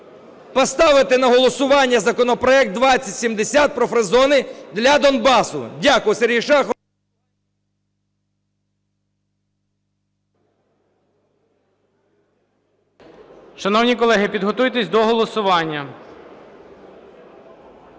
поставити на голосування законопроект 2070 про фрі-зони для Донбасу. Дякую.